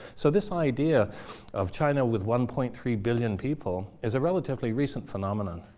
so this idea of china with one point three billion people is a relatively recent phenomenon.